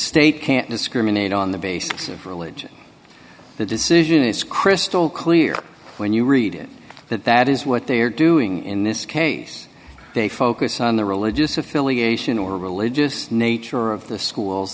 state can't discriminate on the basis of religion the decision is crystal clear when you read it that that is what they are doing in this case they focus on the religious affiliation or religious nature of the schools